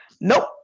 Nope